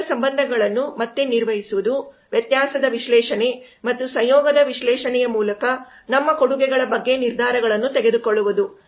ಗ್ರಾಹಕರ ಸಂಬಂಧಗಳನ್ನು ಮತ್ತೆ ನಿರ್ವಹಿಸುವುದು ವ್ಯತ್ಯಾಸದ ವಿಶ್ಲೇಷಣೆ ಮತ್ತು ಸಂಯೋಗದ ವಿಶ್ಲೇಷಣೆಯ ಮೂಲಕ ನಮ್ಮ ಕೊಡುಗೆಗಳ ಬಗ್ಗೆ ನಿರ್ಧಾರಗಳನ್ನು ತೆಗೆದುಕೊಳ್ಳುವುದು